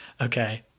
Okay